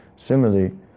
Similarly